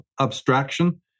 abstraction